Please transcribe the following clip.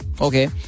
okay